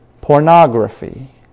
pornography